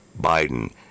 Biden